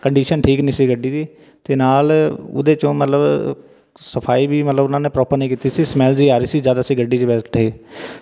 condition ਠੀਕ ਨਹੀਂ ਸੀ ਗੱਡੀ ਦੀ ਅਤੇ ਨਾਲ ਉਹਦੇ 'ਚੋਂ ਮਤਲਬ ਸਫਾਈ ਵੀ ਮਤਲਬ ਉਹਨਾਂ ਨੇ ਪ੍ਰੋਪਰ ਨਹੀਂ ਕੀਤੀ ਸੀ ਸਮੈੱਲ ਜੀ ਆ ਰਹੀ ਸੀ ਜਦ ਅਸੀਂ ਗੱਡੀ 'ਚ ਬੈਠੇ